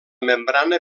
membrana